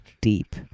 deep